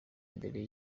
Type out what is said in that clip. mbere